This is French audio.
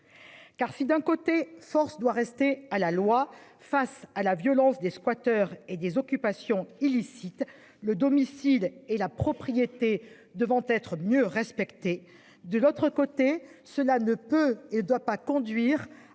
Car si d'un côté force doit rester à la loi. Face à la violence des squatters et des occupations illicites le domicile et la propriété devant être mieux respectée. De l'autre côté, cela ne peut et ne doit pas conduire